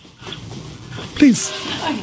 please